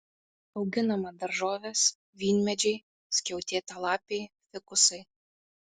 auginama daržovės vynmedžiai skiautėtalapiai fikusai